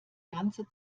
ganze